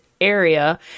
area